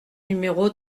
numéro